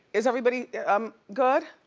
is everybody um good?